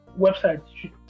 website